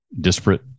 disparate